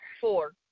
Four